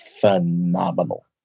phenomenal